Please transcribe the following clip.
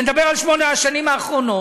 ונדבר על שמונה השנים האחרונות,